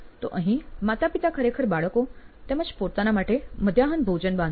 તો અહીં માતા પિતા ખરેખર બાળકો તેમજ પોતાના માટે મધ્યાહન ભોજન બાંધે છે